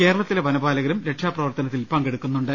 കേരളത്തിലെ വനപാലകരും രക്ഷാപ്രവർത്തനത്തിൽ പങ്കെടുക്കുന്നുണ്ട്